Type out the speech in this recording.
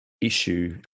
issue